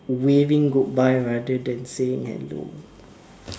waving goodbye rather than saying hello